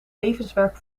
levenswerk